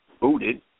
booted